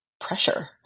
pressure